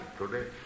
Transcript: today